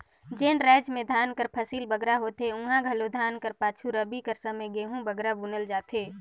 जेन राएज में धान कर फसिल बगरा होथे उहां घलो धान कर पाछू रबी कर समे गहूँ बगरा बुनल जाथे